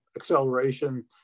acceleration